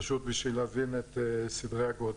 פשוט כדי להבין את סדרי הגודל.